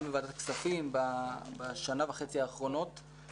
גם בוועדת הכספים בשנה וחצי האחרונות,